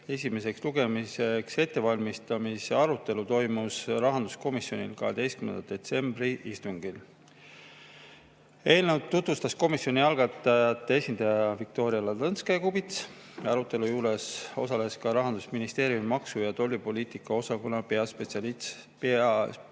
esimeseks lugemiseks ettevalmistamise arutelu toimus rahanduskomisjoni 12. detsembri istungil. Eelnõu tutvustas komisjonile algatajate esindaja Viktoria Ladõnskaja-Kubits. Arutelu juures osales ka Rahandusministeeriumi maksu‑ ja tollipoliitika osakonna peaspetsialist Aet